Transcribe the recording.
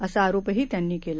असा आरोपही त्यांनी केला